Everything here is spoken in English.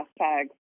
hashtag